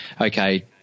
okay